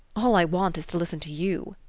all i want is to listen to you,